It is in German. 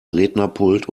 rednerpult